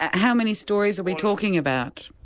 how many stories are we talking about?